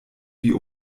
wie